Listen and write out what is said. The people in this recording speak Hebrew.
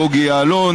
בוגי יעלון,